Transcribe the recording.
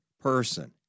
person